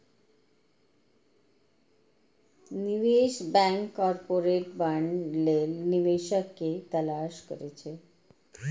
निवेश bank corporate bond लेल निवेशक के तलाश करै छै